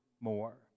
more